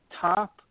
top